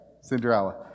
Cinderella